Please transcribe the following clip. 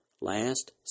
last